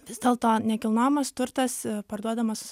vis dėlto nekilnojamas turtas parduodamas